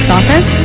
Office